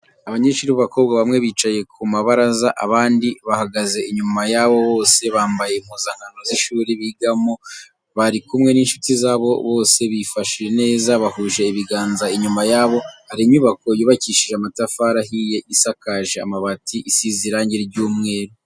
Abanyeshuri b'abakobwa bamwe bicaye ku mabaraza abandi bahagaze inyuma yabo bose, bambaye impuzankano z'ishuri bigamo bari kumwe n'inshuti zabo bose bifashe neza, bahuje ibiganza, inyuma yabo hari inyubako yubakishije amatafari ahiye isakaje amabati izize irangi ry'umweru.